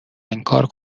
انکار